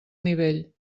nivell